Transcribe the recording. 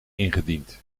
ingediend